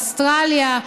אוסטרליה,